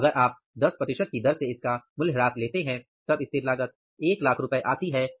अब अगर आप 10 की दर से इसका मूल्यह्रास लेते हैं तब स्थिर लागत ₹100000 आती है